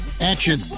action